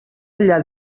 allà